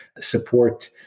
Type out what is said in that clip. support